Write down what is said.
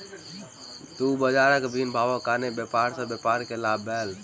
दू बजारक भिन्न भावक कारणेँ व्यापार सॅ व्यापारी के लाभ भेलैन